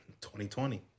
2020